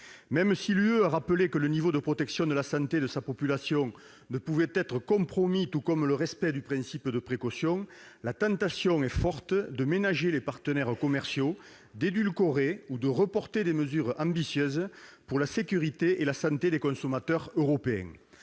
européenne a rappelé que le niveau de protection de la santé de sa population ne pouvait être compromis, et que le principe de précaution devait être respecté, la tentation est forte de ménager les partenaires commerciaux, d'édulcorer ou de reporter des mesures ambitieuses pour la sécurité et la santé des consommateurs européens.